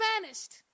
vanished